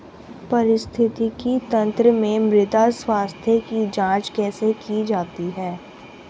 पारिस्थितिकी तंत्र में मृदा स्वास्थ्य की जांच कैसे की जाती है?